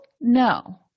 No